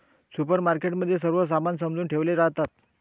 supermarket मध्ये सर्व सामान सजवुन ठेवले राहतात